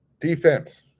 Defense